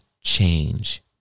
change